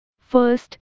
First